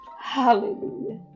hallelujah